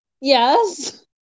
Yes